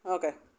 okay